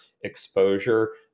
exposure